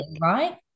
right